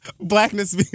blackness